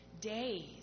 days